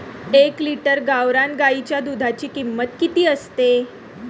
एक लिटर गावरान गाईच्या दुधाची किंमत किती असते?